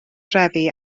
drefi